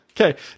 Okay